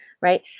right